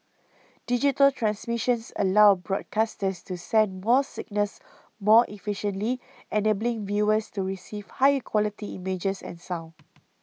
digital transmissions allow broadcasters to send more signals more efficiently enabling viewers to receive higher quality images and sound